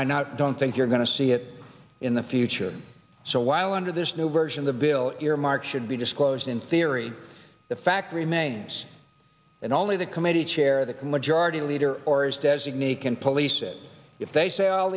now don't think you're going to see it in the future so while under this new version of the bill earmarks should be disclosed in theory the fact remains that only the committee chair the can majority leader or as designee can police it if they say all